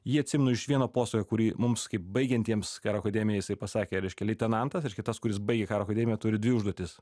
jį atsimenu iš vieno posakio kurį mums kaip baigiantiems karo akademiją jisai pasakė reiškia leitenantas reiškia tas kuris baigė karo akademiją turi dvi užduotis